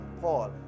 Paul